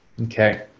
Okay